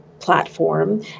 platform